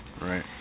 Right